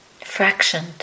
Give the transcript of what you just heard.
fractioned